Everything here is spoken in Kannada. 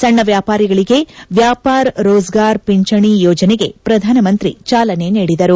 ಸಣ್ಣ ವ್ಯಾಪಾರಿಗಳಿಗೆ ವ್ನಾಪಾರ್ ಸ್ನರೋಜ್ಗಾರ್ ಪಿಂಚಣಿ ಯೋಜನೆಗೆ ಪ್ರಧಾನಮಂತ್ರಿ ಚಾಲನೆ ನೀಡಿದರು